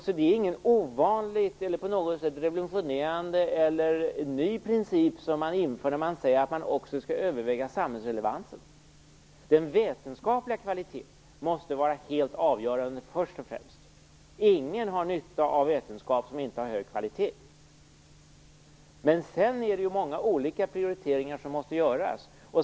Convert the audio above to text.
Så det är inte någon ovanlig, revolutionerande eller ny princip som man inför när man säger att man också skall överväga samhällsrelevansen. Den vetenskapliga kvaliteten måste vara helt avgörande, först och främst. Ingen har nytta av vetenskap som inte har hög kvalitet. Men sedan är det många olika prioriteringar som måste göras.